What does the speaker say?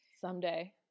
Someday